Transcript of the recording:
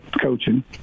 coaching